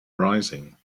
rising